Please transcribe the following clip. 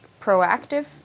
proactive